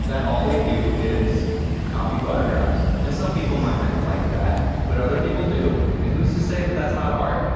that all they do is copy photographs and some people might not like that but other people do and who's to say that that's not art?